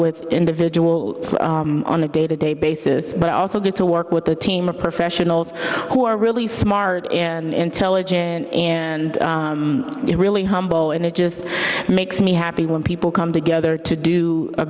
with individual on a day to day basis but i also get to work with a team of professionals who are really smart and intelligent and really humble and it just makes me happy when people come together to do a